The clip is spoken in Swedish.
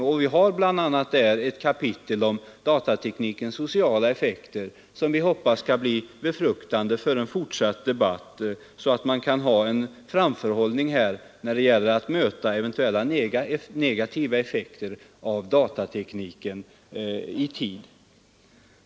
Där finns bl.a. ett kapitel om datateknikens sociala effekter, som vi hoppas skall bli befruktande för en fortsatt debatt så att man får en framförhållning och kan möta eventuella negativa effekter av datatekniken i tid.